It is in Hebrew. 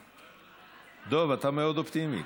דב, אתה מאוד אופטימי.